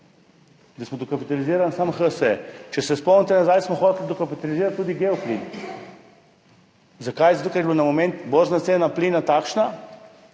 da smo dokapitalizirali samo HSE. Če se spomnite za nazaj, smo hoteli dokapitalizirati tudi Geoplin. Zakaj? Zato, ker je bila na moment borzna cena plina takšna,